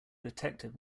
detective